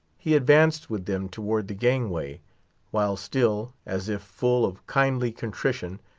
he advanced with them towards the gangway while still, as if full of kindly contrition,